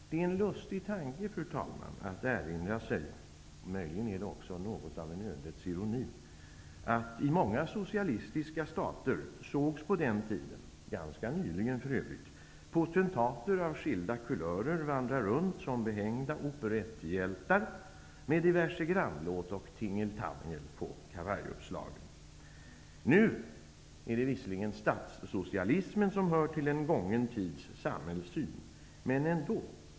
Det är en lustig tanke, fru talman, att erinra sig -- och möjligen också något av ödets ironi -- att i många socialistiska stater sågs på den tiden, ganska nyligen för övrigt, potentater av skilda kulörer vandra runt som behängda operetthjältar med diverse grannlåt och tingeltangel på kavajuppslaget. Nu är det visserligen statssocialismen som hör till en gången tids samhällssyn.